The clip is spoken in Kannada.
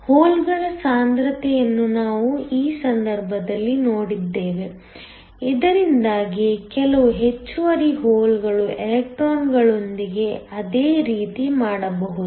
ಹೋಲ್ ಗಳ ಸಾಂದ್ರತೆಯನ್ನು ನಾವು ಈ ಸಂದರ್ಭದಲ್ಲಿ ನೋಡಿದ್ದೇವೆ ಇದರಿಂದಾಗಿ ಕೆಲವು ಹೆಚ್ಚುವರಿ ಹೋಲ್ಗಳು ಎಲೆಕ್ಟ್ರಾನ್ಗಳೊಂದಿಗೆ ಅದೇ ರೀತಿ ಮಾಡಬಹುದು